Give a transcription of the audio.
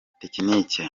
tekiniki